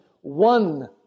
one